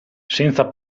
senza